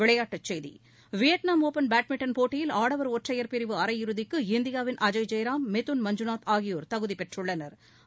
விளையாட்டுச் செய்திகள் Vietnam Open badminton போட்டியில் ஆடவா் ஒற்றையா் பிரிவு அரையிறுதிக்கு இந்தியாவின் அஜய் ஜெயராம் மிதுன் மஞ்சுநாத் ஆகியோா் தகுதிப் பெற்றுள்ளனா்